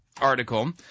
article